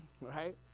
right